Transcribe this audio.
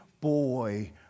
boy